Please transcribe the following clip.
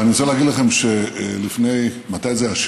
ואני רוצה להגיד לכם, מתי זה היה?